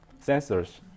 sensors